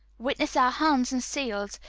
witness our hands and seals,